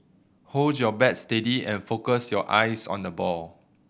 hold your bat steady and focus your eyes on the ball